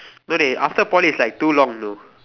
no dey after Poly it's like too long you know